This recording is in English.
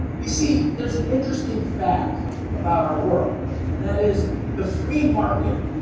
you see, there's an interesting fact about our world, and that is the free market